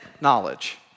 knowledge